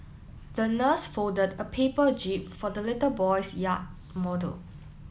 the nurse folded a paper jib for the little boy's yacht model